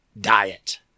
diet